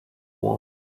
won